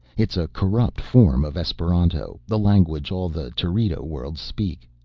it's a corrupt form of esperanto, the language all the terido worlds speak.